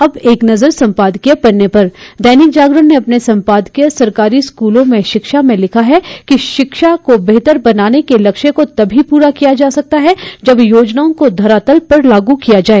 अब एक नज़र संपादकीय पन्ने पर दैनिक जागरण ने अपने सम्पादकीय सरकारी स्कूलों में शिक्षा में लिखा है कि शिक्षा को बेहतर बनाने के लक्ष्य को तभी पूरा किया जा सकता है जब योजनाओं को धरातल पर लागू किया जाए